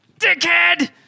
Dickhead